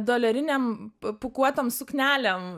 dolerinėm pūkuotom suknelėm